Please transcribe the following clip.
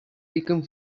become